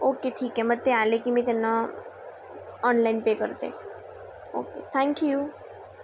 okay ठीक आहे मग ते आले की मी त्यांना ऑनलाईन पे करते ओके थँक्यू